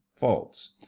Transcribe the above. false